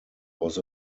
was